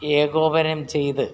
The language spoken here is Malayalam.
ഏകോപനം ചെയ്ത്